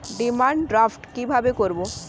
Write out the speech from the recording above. Demand draft কীভাবে করব?